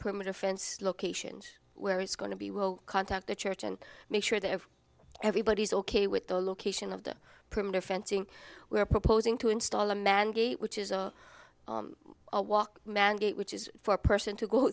perimeter fence location where it's going to be will contact the church and make sure that everybody is ok with the location of the perimeter fencing we are proposing to install a man gate which is a walk mandate which is for a person to go